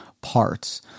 parts